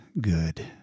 good